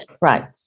Right